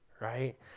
right